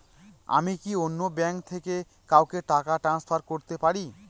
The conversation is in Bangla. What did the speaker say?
আমি কি অন্য ব্যাঙ্ক থেকে কাউকে টাকা ট্রান্সফার করতে পারি?